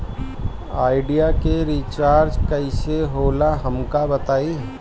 Idea के recharge कईसे होला हमका बताई?